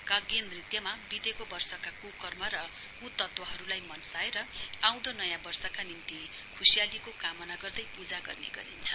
काग्येत नृत्यमा बितेको वर्षका कुकर्म र कुत्वहरूलाई मन्साएर आउँदो नयाँ वर्षका निम्ति खुशीयालीको कामना गर्दै पूजा गर्ने गरिन्छ